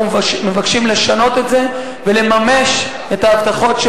אנחנו מבקשים לשנות את זה ולממש את ההבטחות של